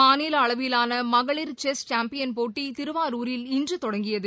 மாநில அளவிலான மகளிர் செஸ் சாம்பியன் போட்டி திருவாரூரில் இன்று தொடங்கியது